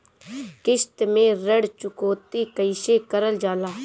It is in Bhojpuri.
किश्त में ऋण चुकौती कईसे करल जाला?